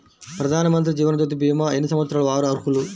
ప్రధానమంత్రి జీవనజ్యోతి భీమా ఎన్ని సంవత్సరాల వారు అర్హులు?